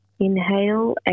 Inhale